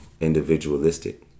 individualistic